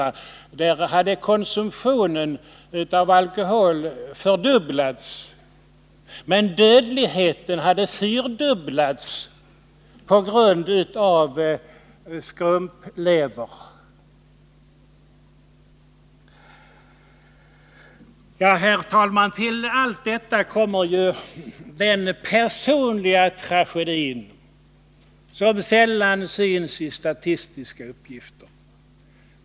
Man noterade där att konsumtionen av alkohol hade fördubblats men att dödligheten på grund av skrumplever hade fyrdubblats. Herr talman! Till allt detta kommer den personliga tragedi som sällan syns i statistiska uppgifter.